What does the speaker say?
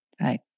Right